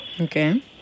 Okay